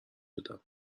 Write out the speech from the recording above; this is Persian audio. دادم